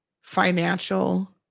financial